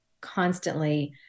constantly